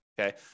okay